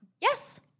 Yes